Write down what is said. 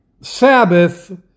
Sabbath